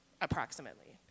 approximately